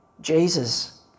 Jesus